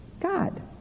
God